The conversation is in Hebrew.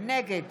נגד